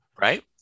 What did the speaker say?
Right